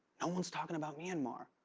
no one's talking about myanmar.